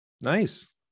nice